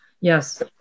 Yes